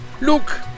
Look